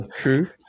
true